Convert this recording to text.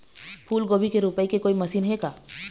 फूलगोभी के रोपाई के कोई मशीन हे का?